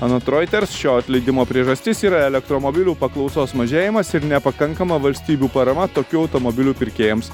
anot reuters šio atleidimo priežastis yra elektromobilių paklausos mažėjimas ir nepakankama valstybių parama tokių automobilių pirkėjams